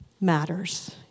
matters